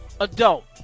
adult